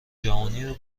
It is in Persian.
جهانیو